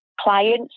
clients